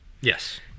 Yes